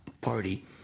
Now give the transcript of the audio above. party